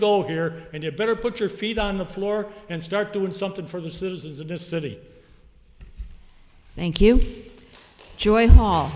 go here and you better put your feet on the floor and start doing something for the citizens of this city thank you join